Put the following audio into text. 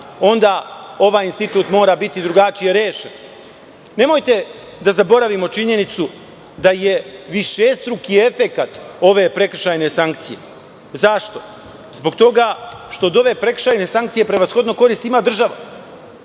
onda ovaj institut mora biti drugačije rešen. Nemojte da zaboravimo činjenicu da je višestruki efekat ove prekršajne sankcije. Zašto? Zbog toga što od ove prekršajne sankcije prevashodno korist ima država.